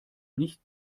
nicht